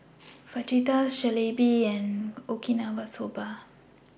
Fajitas Jalebi and Okinawa Soba